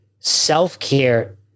self-care